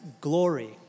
glory